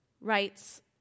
writes